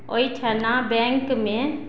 ना बैंकमे